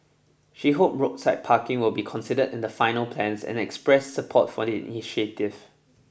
she hope roadside parking will be considered in the final plans and expressed support for the initiative